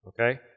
Okay